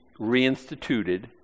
reinstituted